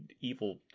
evil